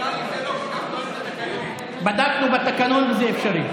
נראה לי שזה לא, בדקנו את התקנון, זה אפשרי.